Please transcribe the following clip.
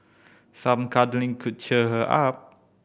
some cuddling could cheer her up